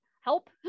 help